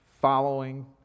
following